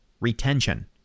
retention